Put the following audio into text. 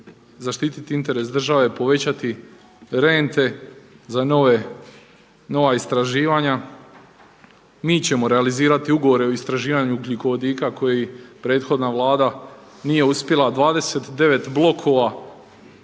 zaštititi interes države, povećati rente za nova istraživanja. Mi ćemo realizirati ugovore o istraživanju ugljikovodika koji prethodna Vlada nije uspjela. 29 blokova,